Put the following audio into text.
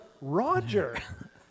Roger